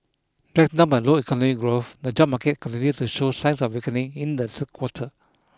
dragged down by low economic growth the job market continued to show signs of weakening in the third quarter